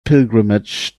pilgrimage